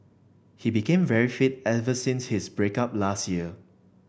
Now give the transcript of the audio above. he became very fit ever since his break up last year